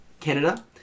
Canada